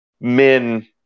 men